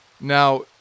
Now